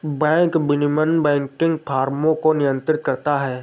bank विनियमन banking फ़र्मों को नियंत्रित करता है